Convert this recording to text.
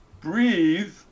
Breathe